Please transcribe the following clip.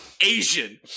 Asian